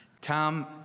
Tom